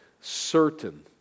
certain